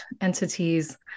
entities